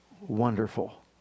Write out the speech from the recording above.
wonderful